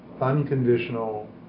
unconditional